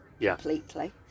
completely